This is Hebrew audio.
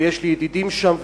ויש לי ידידים שם,